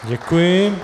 Děkuji.